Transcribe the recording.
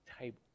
table